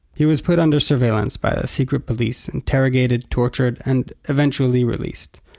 he was put under surveillance by the secret police, interrogated, tortured, and eventually released.